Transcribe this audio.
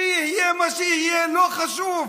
שיהיה מה שיהיה, לא חשוב.